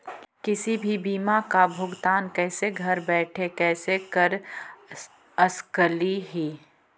किसी भी बीमा का भुगतान कैसे घर बैठे कैसे कर स्कली ही?